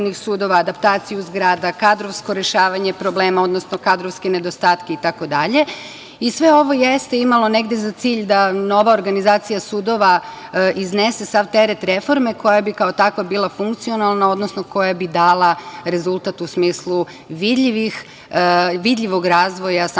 sudova, adaptaciju zgrada, kadrovsko rešavanje problema odnosno kadrovske nedostatke, itd. Sve ovo jeste imalo negde za cilj da nova organizacija sudova iznese sav teret reforme koja bi kao takva bila funkcionalna, odnosno koja bi dala rezultat u smislu vidljivog razvoja samog